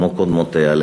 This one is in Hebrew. כמו קודמותיה,